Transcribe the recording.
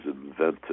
invented